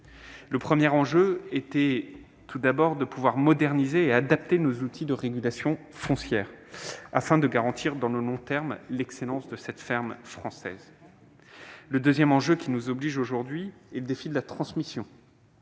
Le premier enjeu était de pouvoir moderniser et adapter nos outils de régulations foncières, afin de garantir dans le long terme l'excellence de la ferme française. Le second enjeu qui nous oblige aujourd'hui est le défi de la transmission.